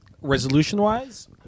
resolution-wise